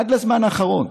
עד לזמן האחרון,